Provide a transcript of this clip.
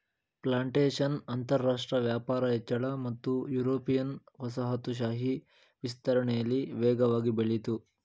plantation ಅಂತರಾಷ್ಟ್ರ ವ್ಯಾಪಾರ ಹೆಚ್ಚಳ ಮತ್ತು ಯುರೋಪಿಯನ್ ವಸಾಹತುಶಾಹಿ ವಿಸ್ತರಣೆಲಿ ವೇಗವಾಗಿ ಬೆಳಿತು